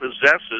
possesses